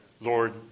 Lord